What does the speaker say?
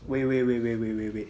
wait wait wait wait wait wait wait